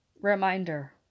Reminder